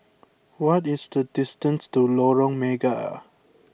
what is the distance to Lorong Mega